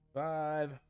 Five